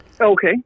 okay